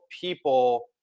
people